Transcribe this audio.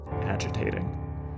agitating